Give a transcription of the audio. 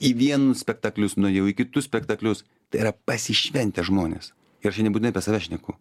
į vienus spektaklius nuėjau į kitus spektaklius tai yra pasišventę žmonės ir čia nebūtinai apie save šneku